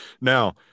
Now